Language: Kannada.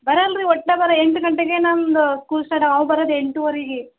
ಬರಲ್ಲ ರೀ ಒಟ್ಟನೆ ಬರ ಎಂಟು ಗಂಟೆಗೆ ನಮ್ದು ಸ್ಕೂಲ್ ಸ್ಟಾರ್ಟಾಗದು ಅವ ಬರದು ಎಂಟೂವರೆಗೆ